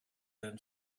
than